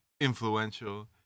influential